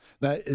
Now